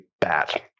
bad